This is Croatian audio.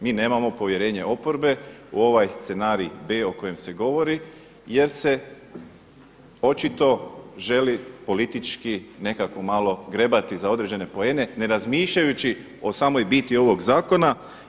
Mi nemamo povjerenje oporbe u ovaj scenarij B o kojem se govori jer se očito želi politički nekako malo grebati za određene poene ne razmišljajući o samoj biti ovoga zakona.